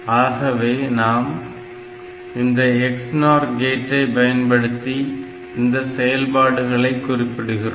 ஆகவே நாம் இந்த XNOR கேட்டை பயன்படுத்தி இந்த செயல்பாடுகளை குறிப்பிடுகிறோம்